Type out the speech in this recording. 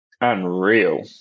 unreal